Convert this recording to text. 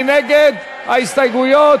מי נגד ההסתייגויות?